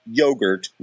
yogurt